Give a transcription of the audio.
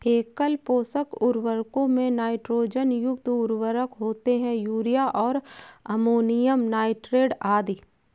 एकल पोषक उर्वरकों में नाइट्रोजन युक्त उर्वरक होते है, यूरिया और अमोनियम नाइट्रेट आदि